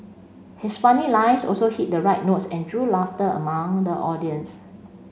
his funny lines also hit the right notes and drew laughter among the audience